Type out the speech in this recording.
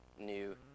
new